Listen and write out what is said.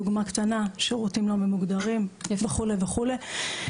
דוגמה קטנה, שירותים לא ממוגדרים וכו' וכו'.